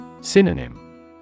Synonym